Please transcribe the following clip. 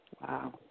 Wow